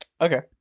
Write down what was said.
okay